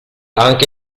anche